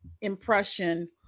impression